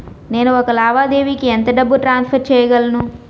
నేను ఒక లావాదేవీకి ఎంత డబ్బు ట్రాన్సఫర్ చేయగలను?